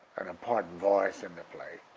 an important voice in the play